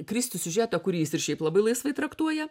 kristi siužetą kurį jis ir šiaip labai laisvai traktuoja